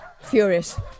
furious